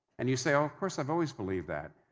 and you say, oh, of course i've always believed that.